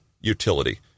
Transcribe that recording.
utility